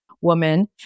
woman